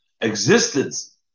existence